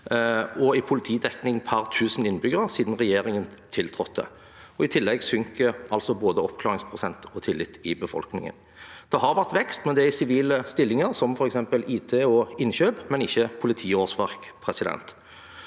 og i politidekning per 1 000 innbyggere siden regjeringen tiltrådte. I tillegg synker altså både oppklaringsprosenten og tilliten i befolkningen. Det har vært vekst, men det er i sivile stillinger, som f.eks. IT og innkjøp, og ikke i politiårsverk.